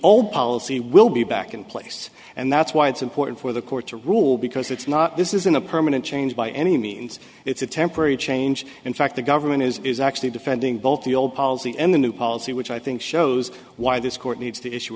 old policy will be back in place and that's why it's important for the court to rule because it's not this isn't a permanent change by any means it's a temporary change in fact the government is actually defending both the old policy and the new policy which i think shows why this court needs to issue